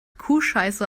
kuhscheiße